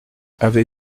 avez